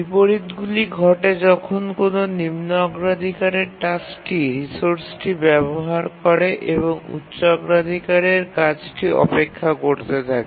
বিপরীতগুলি ঘটে যখন কোনও নিম্ন অগ্রাধিকারের টাস্কটি রিসোর্সটি ব্যবহার করে এবং উচ্চ অগ্রাধিকারের কাজটি অপেক্ষা করতে থাকে